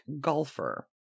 golfer